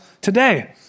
today